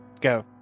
go